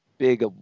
Big